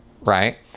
right